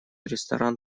ресторан